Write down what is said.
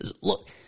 look